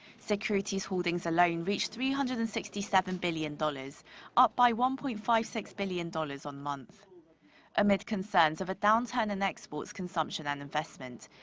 securities holdings alone reached three hundred and sixty seven billion dollars up by one-point-five-six billion dollars on-month. amid concerns of a downturn in exports, consumption and investment.